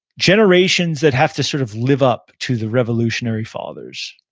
generations that have to sort of live up to the revolutionary fathers,